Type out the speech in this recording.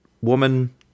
woman